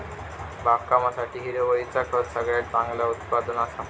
बागकामासाठी हिरवळीचा खत सगळ्यात चांगला उत्पादन असा